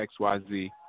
XYZ